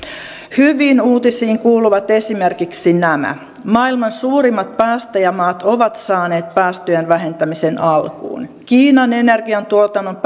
hyviin uutisiin kuuluvat esimerkiksi nämä maailman suurimmat päästäjämaat ovat saaneet päästöjen vähentämisen alkuun kiinan energiantuotannon